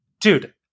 Dude